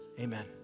Amen